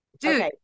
dude